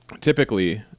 typically